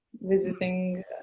visiting